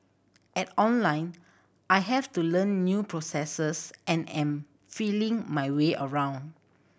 at Online I have to learn new processes and am feeling my way around